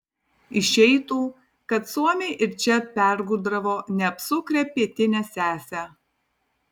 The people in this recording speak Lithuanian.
išeitų kad suomiai ir čia pergudravo neapsukrią pietinę sesę